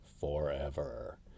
forever